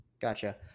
Gotcha